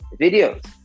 videos